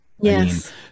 Yes